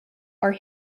are